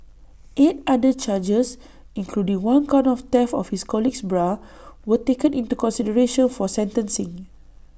eight other charges including one count of theft of his colleague's bra were taken into consideration for sentencing